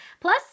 Plus